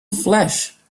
flesh